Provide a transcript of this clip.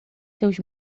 seus